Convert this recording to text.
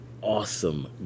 awesome